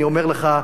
ואני אומר לך,